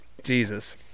Jesus